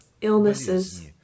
illnesses